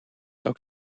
ook